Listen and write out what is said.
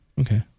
Okay